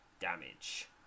damage